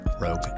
Rogue